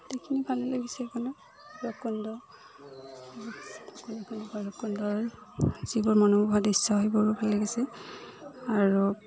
গোটেইখিনি ভালেই লাগিছে সেইকাৰণে ভৈৰৱকুণ্ডখন ভৈৰৱকুণ্ডৰ যিবোৰ মনোমোহা দৃশ্য সেইবোৰো ভাল লাগিছে আৰু